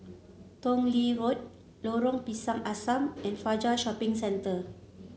Tong Lee Road Lorong Pisang Asam and Fajar Shopping Center